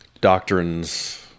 doctrines